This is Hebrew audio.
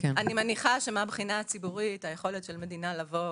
אני מניחה שציבורית היכולת של המדינה לבוא